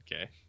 okay